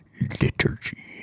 Liturgy